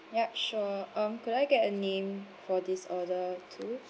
yup sure um could I get a name for this order too